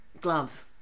gloves